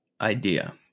idea